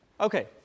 Okay